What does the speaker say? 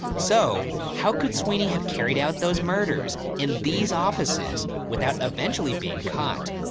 so, how could sweeney have carried out those murders in these offices, without eventually being caught?